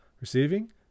receiving